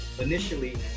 initially